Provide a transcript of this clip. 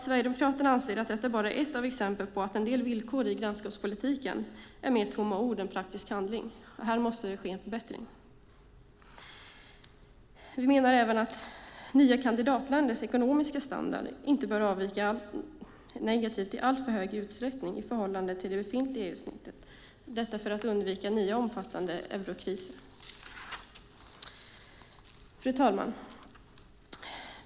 Sverigedemokraterna anser att detta är ett exempel på att en del villkor i grannskapspolitiken mer är tomma ord än praktisk handling. Här måste en förbättring ske. Vi menar även att nya kandidatländers ekonomiska standard inte i alltför stor utsträckning negativt bör avvika i förhållande till det befintliga EU-snittet - detta för att undvika nya omfattande eurokriser. Fru talman!